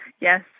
yes